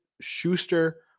Schuster